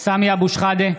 סמי אבו שחאדה